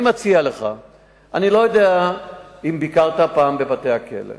אני לא יודע אם ביקרת פעם בבתי-הכלא,